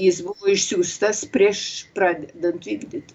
jis buvo išsiųstas prieš pradedant vykdyti